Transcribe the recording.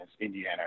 Indiana